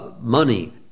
money